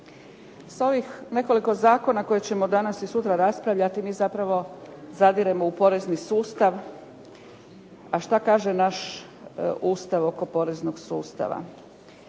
S ovih nekoliko zakona koje ćemo danas i sutra raspravljati, mi zapravo zadiremo u porezni sustav. A šta kaže naš Ustav oko poreznog sustava?